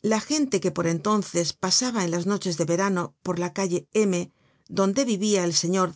la gente que por entonces pasaba en las noches de verano por la calle m w donde vivia el señor